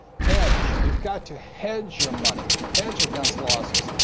hedge. you've got to hedge your money, hedge against losses.